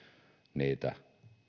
niitä